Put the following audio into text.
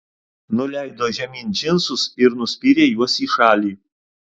nuleido žemyn džinsus ir nuspyrė juos į šalį